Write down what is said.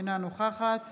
אינה נוכחת